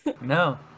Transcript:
No